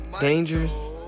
Dangerous